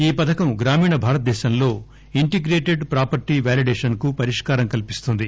ఈ పథకం గ్రామీణ భారతదేశంలో ఇంటిగ్రేటెడ్ ప్రాపర్లీ వాలిడేషన్ కు పరిష్కారం కల్పిస్తుంది